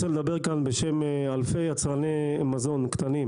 רוצה לדבר כאן בשם אלפי יצרני מזון קטנים